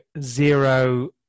zero